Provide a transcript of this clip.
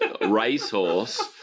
racehorse